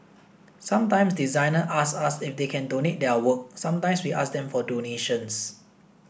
sometimes designers ask us if they can donate their work sometimes we ask them for donations